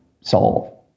solve